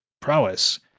prowess